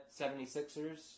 76ers